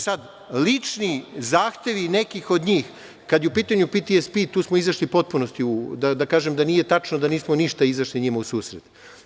Sad, lični zahtevi nekih od njih, kada je u pitanju PTSP, tu smo izašli u potpunosti, da kažem da nije tačno da nismo ništa izašli njima u susret.